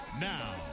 Now